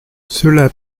cela